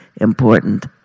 important